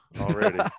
already